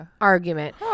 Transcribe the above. argument